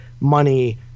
money